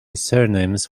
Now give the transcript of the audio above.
surnames